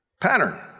pattern